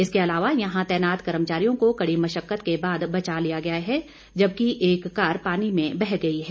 इसके अलावा यहां तैनात कर्मचारियों को कड़ी मशक्कत के बाद बचा लिया गया है जबकि एक कार पानी में बह गई है